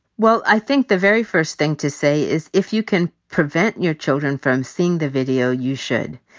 well, i think the very first thing to say is if you can prevent your children from seeing the video, you should.